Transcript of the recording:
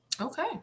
okay